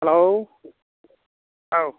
हेल' औ